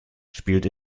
spielt